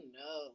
no